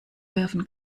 werfen